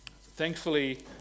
Thankfully